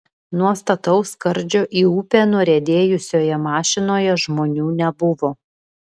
nuo stataus skardžio į upę nuriedėjusioje mašinoje žmonių nebuvo